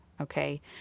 okay